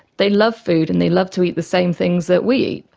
they love food and they love to eat the same things that we eat.